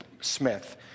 Smith